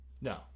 No